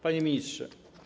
Panie Ministrze!